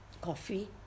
coffee